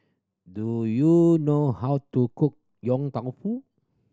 do you know how to cook Yong Tau Foo